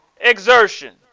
exertion